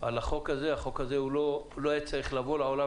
לא נתקבלה.